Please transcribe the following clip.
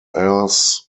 heirs